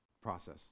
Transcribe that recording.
process